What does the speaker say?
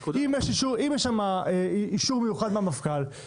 אם יש שם אישור מיוחד מהמפכ"ל,